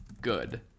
good